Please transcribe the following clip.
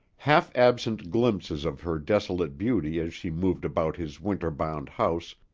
half-absent glimpses of her desolate beauty as she moved about his winter-bound house,